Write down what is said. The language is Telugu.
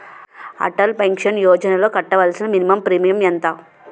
అటల్ పెన్షన్ యోజనలో కట్టవలసిన మినిమం ప్రీమియం ఎంత?